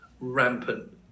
rampant